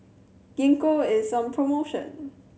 gingko is on promotion